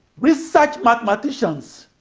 research mathematicians